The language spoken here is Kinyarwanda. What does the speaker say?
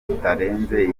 kitarenze